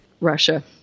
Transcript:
Russia